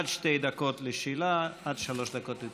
עד שתי דקות לשאלה, עד שלוש דקות לתשובה.